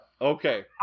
Okay